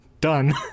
Done